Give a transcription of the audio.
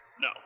No